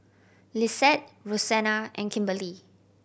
Lissette Rosena and Kimberley